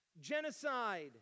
Genocide